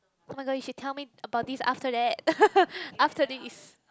oh-my-god if she tell me about this after that after this